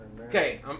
Okay